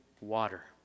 water